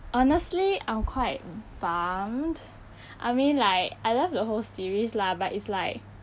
honestly I'm quite bumped I mean like I love the whole series lah but it's like